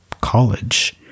college